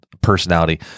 personality